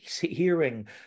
hearing